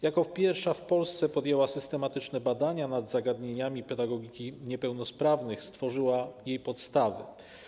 Jako pierwsza w Polsce podjęła systematyczne badania nad zagadnieniami pedagogiki niepełnosprawnych, stworzyła jej podstawy.